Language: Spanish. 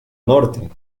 norte